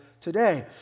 today